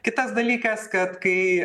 kitas dalykas kad kai